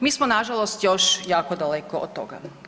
Mi smo nažalost još jako daleko od toga.